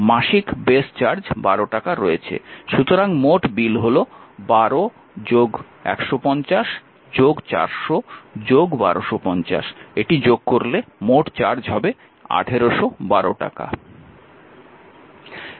সুতরাং 12 150 400 1250 টাকা যোগ করলে মোট চার্জ হবে 1812 টাকা